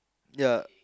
ya